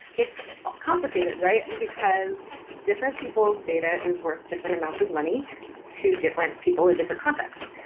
it's ah complicated, right? and because different people's data is worth different amounts of money to different people in different contexts.